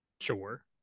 Sure